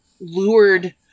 lured